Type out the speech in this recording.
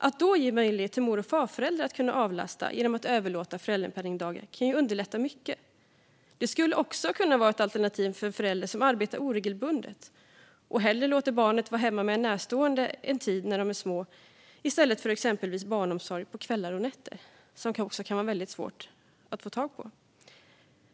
Att då ge mor och farföräldrar möjlighet att avlasta genom att man kan överlåta föräldrapenningdagar kan underlätta mycket. Det skulle också kunna vara ett alternativ för en förälder som har oregelbundna arbetstider och som hellre låter barnet vara hemma med en närstående en tid när barnet är litet, i stället för att exempelvis ha barnomsorg på kvällar och nätter. Det kan dessutom vara väldigt svårt att få tag på.